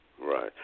Right